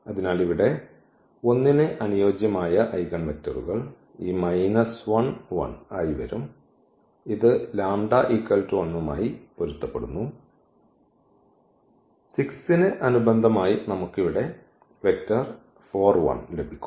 അതിനാൽ ഇവിടെ 1 ന് അനുയോജ്യമായ ഐഗൻവെക്റ്ററുകൾ ഈ ആയി വരും ഇത് λ1 മായി പൊരുത്തപ്പെടുന്നു 6 ന് അനുബന്ധമായി നമുക്ക് ഇവിടെ ലഭിക്കും